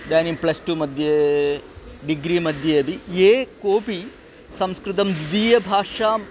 इदानीं plus two मध्ये degree मध्ये अपि ये कोऽपि संस्कृतं द्वितीयभाषां